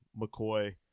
mccoy